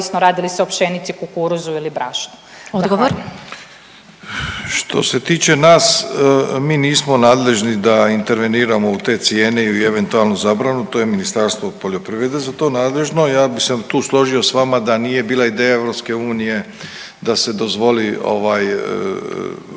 Sabina (SDP)** Odgovor. **Milatić, Ivo** Što se tiče nas mi nismo nadležni da interveniramo u te cijene ili eventualnu zabranu, to je Ministarstvo poljoprivrede za to nadležno. Ja bi se tu složio s vama da nije bila ideja EU da se dozvoli ovaj